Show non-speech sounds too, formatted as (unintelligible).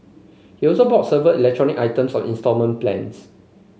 he also bought serve (unintelligible) items on instalment plans